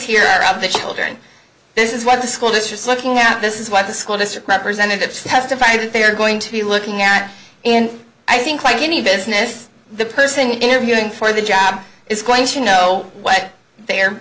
here of the children this is where the school districts looking at this is why the school district representatives testified that they are going to be looking at and i think like any business person interviewing for the job is going to know what the